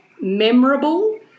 memorable